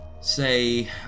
say